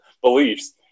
beliefs